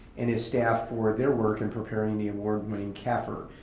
and his staff for their work in preparing the award winning cafr.